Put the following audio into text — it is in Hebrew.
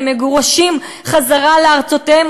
הם מגורשים חזרה לארצותיהם,